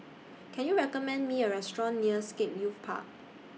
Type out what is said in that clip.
Can YOU recommend Me A Restaurant near Scape Youth Park